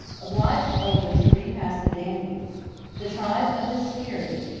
obliged uldin to repass the danube the tribe of the scyrri,